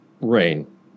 rain